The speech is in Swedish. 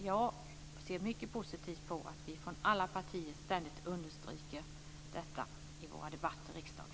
Jag ser mycket positivt på att vi från alla partier ständigt understryker detta i våra debatter i riksdagen.